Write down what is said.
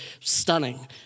stunning